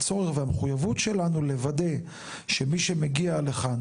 הצורך והמחויבות שלנו לוודא שמי שמגיע לכאן